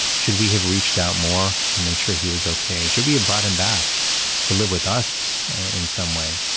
should we have reached out more to make sure he was okay, should we have ah brought him back to live with us in some way?